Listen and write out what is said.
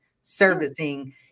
servicing